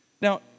Now